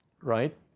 Right